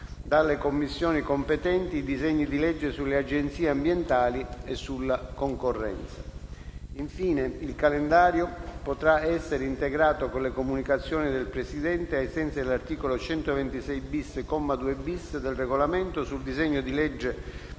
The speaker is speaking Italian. dalle Commissioni competenti, i disegni di legge sulle agenzie ambientali e sulla concorrenza. Infine, il calendario potrà essere integrato con le comunicazioni del Presidente, ai sensi dell'articolo 126-*bis*, comma 2-*bis*, del Regolamento, sul disegno di legge